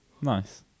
Nice